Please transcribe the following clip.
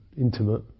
intimate